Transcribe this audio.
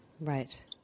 Right